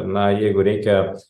na jeigu reikia